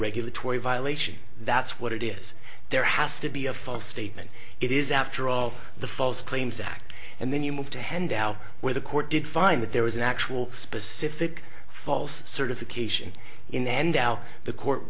regulatory violation that's what it is there has to be a false statement it is after all the false claims act and then you move to handout where the court did find that there was an actual specific false certification in and out the court